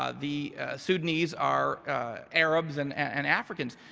ah the sudanese are arabs and and africans.